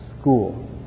School